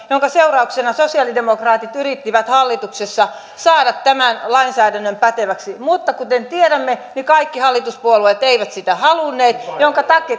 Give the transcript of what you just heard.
minkä seurauksena sosialidemokraatit yrittivät hallituksessa saada tämän lainsäädännön päteväksi mutta kuten tiedämme kaikki hallituspuolueet eivät sitä halunneet